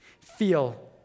feel